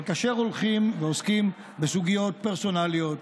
אבל כאשר הולכים ועוסקים בסוגיות פרסונליות,